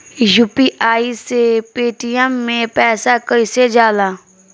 UPI से Paytm मे पैसा कइसे जाला?